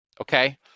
Okay